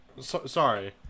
sorry